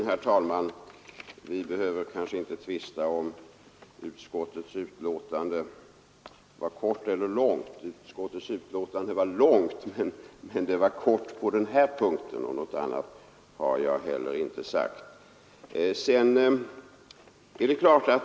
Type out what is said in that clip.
Herr talman! Vi behöver kanske inte tvista om huruvida utskottets betänkande var kortfattat eller långt. Det var långt som helhet, men det var kort på den här punkten, och något annat har jag inte heller sagt.